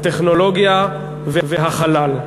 הטכנולוגיה והחלל.